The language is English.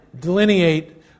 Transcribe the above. delineate